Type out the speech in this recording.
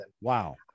Wow